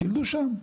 שילדו שם.